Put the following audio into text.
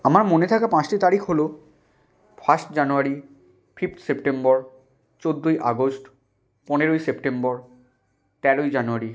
আমার মনে থাকা পাঁচটি তারিখ হলো ফার্স্ট জানুয়ারি ফিফথ সেপ্টেম্বর চৌদ্দই আগস্ট পনেরোই সেপ্টেম্বর তেরোই জানুয়ারি